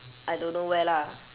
I don't know where lah